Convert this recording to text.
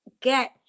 get